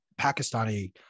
Pakistani